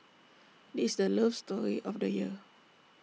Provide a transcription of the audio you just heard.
this is the love story of the year